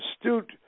astute